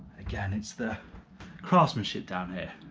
again it's the craftsmanship down here,